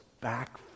back